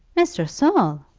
mr. saul!